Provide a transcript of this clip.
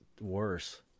worse